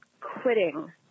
quitting